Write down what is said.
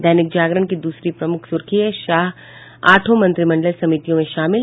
दैनिक जागरण की दूसरी प्रमुख सुर्खी है शाह आठों मंत्रिमंडलीय समितियों में शामिल